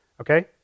Okay